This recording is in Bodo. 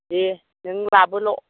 देह नों लाबोल'